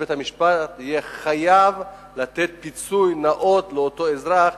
אז בית-המשפט יהיה חייב לתת פיצוי נאות לאותו אזרח